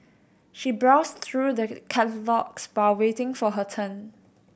she browsed through the catalogues waiting for her turn